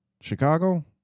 Chicago